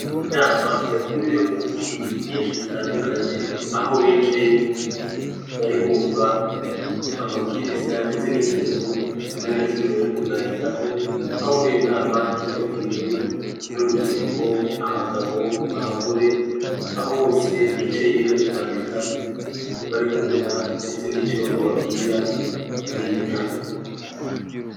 Inama yahuriwemo n'ingeri nyinshi zitandukanye, aho bicaye bari kumva amabwiriza ndetse n'ingingo zimwe na zimwe bari kuganiraho, aho muri iyo nama hitabiriwe n'urubyiruko, abagabo, abagore, aho bose bicaye bari kwandika, bari kumva ndetse n'icyo bababwira muri iyo nama.